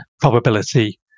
probability